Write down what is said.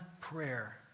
prayer